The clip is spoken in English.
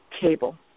cable